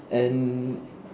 and